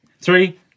Three